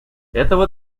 этого